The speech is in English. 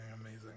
amazing